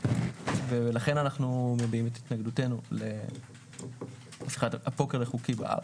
ולכן אנחנו מביעים את התנגדותנו להפיכת הפוקר לחוקי בארץ.